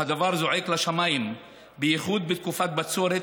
והדבר זועק לשמיים בייחוד בתקופת בצורת,